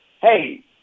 hey